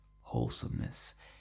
wholesomeness